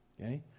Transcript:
Okay